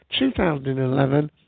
2011